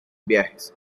viajes